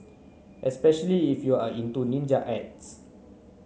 especially if you are into ninja arts